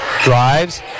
drives